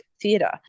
theatre